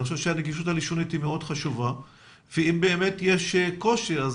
אני חושב שהנגישות הלשונית היא מאוד חשובה ואם באמת יש קושי אז